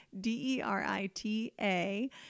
D-E-R-I-T-A